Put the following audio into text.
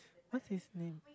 what's his name